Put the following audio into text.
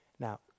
Now